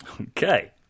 Okay